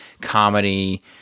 comedy